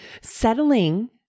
Settling